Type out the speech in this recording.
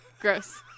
Gross